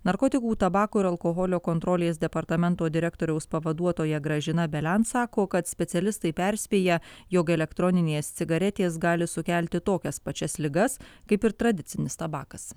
narkotikų tabako ir alkoholio kontrolės departamento direktoriaus pavaduotoja gražina belen sako kad specialistai perspėja jog elektroninės cigaretės gali sukelti tokias pačias ligas kaip ir tradicinis tabakas